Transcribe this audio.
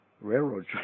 railroad